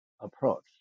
approach